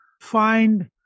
find